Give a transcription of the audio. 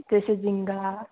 जैसे झींगा